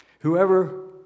Whoever